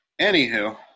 Anywho